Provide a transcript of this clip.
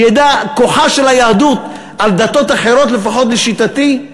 כוחה של היהדות על דתות אחרות, לפחות לשיטתי,